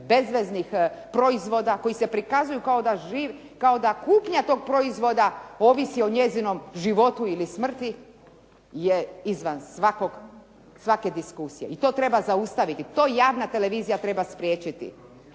bezveznih proizvoda kao da kupnja tog proizvodnja ovisi o njezinom životu ili smrti je izvan svake diskusije i to treba zaustaviti. To javna televizija treba spriječiti.